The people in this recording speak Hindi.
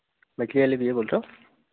मछली वाले भैया बोल रहे हो